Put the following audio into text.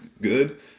good